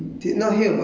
um